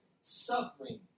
suffering